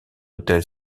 autel